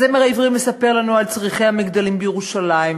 הזמר העברי מספר לנו על צריחי המגדלים בירושלים,